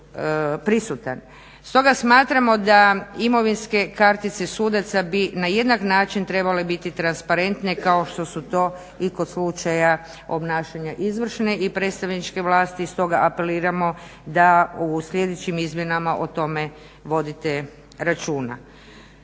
Stoga smatramo da imovinske kartice sudaca bi na jednak način trebale biti transparentne kao što su to i kod slučaja obnašanja izvršne i predstavničke vlasti, stoga apeliramo da u sljedećim izmjenama o tome vodite računa.